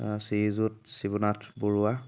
শ্ৰী যুত শিৱনাথ বৰুৱা